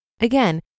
Again